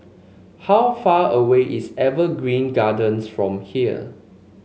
how far away is Evergreen Gardens from here